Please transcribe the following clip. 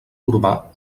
urbà